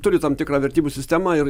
turi tam tikrą vertybių sistemą ir